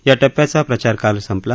या टप्प्याचा प्रचार काल संपला